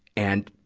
and,